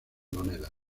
monedas